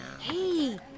hey